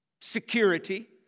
security